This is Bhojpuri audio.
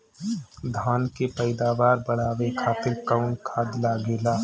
धान के पैदावार बढ़ावे खातिर कौन खाद लागेला?